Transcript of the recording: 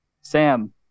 Sam